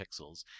pixels